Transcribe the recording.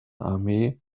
armee